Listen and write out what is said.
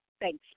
Thanks